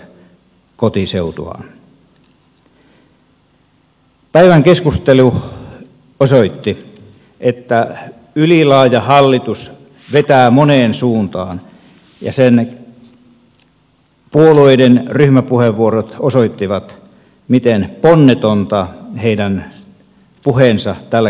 päivän keskustelu osoitti että ylilaaja hallitus vetää moneen suuntaan ja sen puolueiden ryhmäpuheenvuorot osoittivat miten ponnetonta heidän puheensa tällä kertaa oli